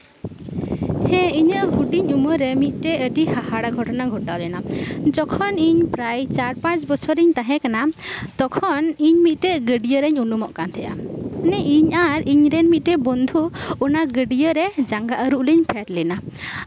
ᱦᱮᱸ ᱤᱧᱟᱹᱜ ᱦᱩᱰᱤᱧ ᱩᱢᱮᱨ ᱨᱮ ᱢᱤᱫᱴᱮᱡ ᱟᱹᱰᱤ ᱦᱟᱦᱟᱲᱟᱜ ᱜᱷᱚᱴᱚᱱᱟ ᱜᱷᱚᱴᱟᱣ ᱞᱮᱱᱟ ᱡᱚᱠᱷᱚᱱ ᱤᱧ ᱯᱨᱟᱭ ᱪᱟᱨᱼᱯᱟᱸᱪ ᱵᱚᱪᱷᱚᱨᱤᱧ ᱛᱟᱦᱮᱸ ᱠᱟᱱᱟ ᱛᱚᱠᱷᱚᱱ ᱤᱧ ᱢᱤᱫᱴᱮᱱ ᱜᱟᱹᱰᱭᱟᱹ ᱨᱮ ᱩᱱᱩᱢᱚᱜ ᱠᱟᱱ ᱛᱟᱦᱮᱜᱼᱟ ᱤᱧ ᱟᱨ ᱤᱧᱨᱮᱱ ᱢᱤᱫᱴᱮᱱ ᱵᱚᱱᱫᱷᱩ ᱚᱱᱟ ᱜᱟᱹᱰᱭᱟ ᱨᱮ ᱡᱟᱸᱜᱟ ᱟᱹᱨᱩᱵ ᱞᱤᱧ ᱯᱷᱮᱰ ᱞᱮᱱᱟ